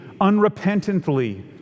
unrepentantly